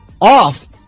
off